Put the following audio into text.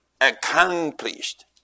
accomplished